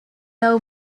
law